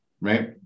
right